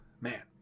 Man